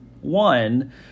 One